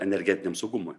energetiniam saugumui